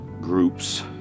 groups